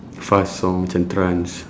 fast song macam trance